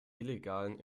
illegalen